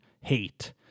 hate